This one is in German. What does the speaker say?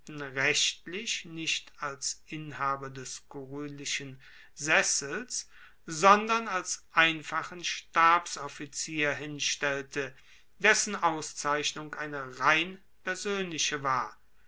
rechtlich nicht als inhaber des kurulischen sessels sondern als einfachen stabsoffizier hinstellte dessen auszeichnung eine rein persoenliche war